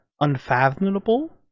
unfathomable